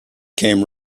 came